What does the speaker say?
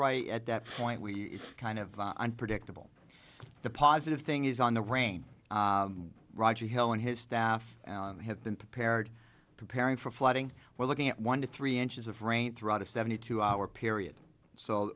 right at that point we kind of unpredictable the positive thing is on the rain roger hill and his staff have been prepared preparing for flooding we're looking at one to three inches of rain throughout a seventy two hour period so